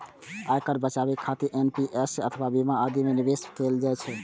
आयकर बचाबै खातिर एन.पी.एस अथवा बीमा आदि मे निवेश कैल जा सकैए